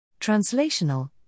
Translational